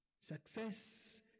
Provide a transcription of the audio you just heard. Success